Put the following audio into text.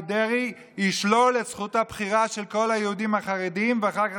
דרעי ישלול את זכות הבחירה של כל היהודים החרדים ואחר כך